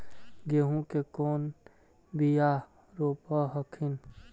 गेहूं के कौन बियाह रोप हखिन?